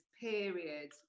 period